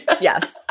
Yes